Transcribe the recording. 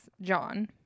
John